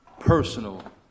personal